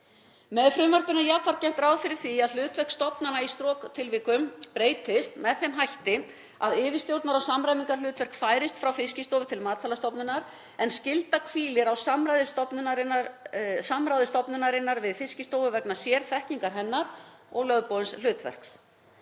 Með frumvarpinu er jafnframt gert ráð fyrir því að hlutverk stofnana í stroktilvikum breytist með þeim hætti að yfirstjórnar- og samræmingarhlutverk færist frá Fiskistofu til Matvælastofnunar en skylda hvílir á samráði stofnunarinnar við Fiskistofu vegna sérþekkingar hennar og lögboðins hlutverks.